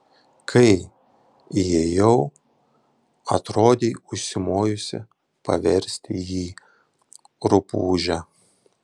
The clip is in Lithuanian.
kai įėjau atrodei užsimojusi paversti jį rupūže